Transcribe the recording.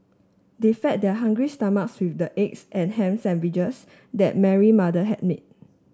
they fed their hungry stomachs with the eggs and ham sandwiches that Mary mother had made